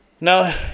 no